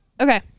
Okay